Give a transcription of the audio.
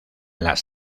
las